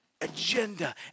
agenda